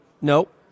Nope